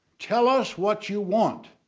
tell us what you want?